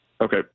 Okay